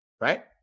right